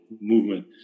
movement